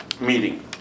meeting